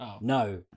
No